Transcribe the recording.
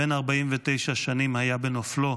בן 49 שנים היה בנפלו.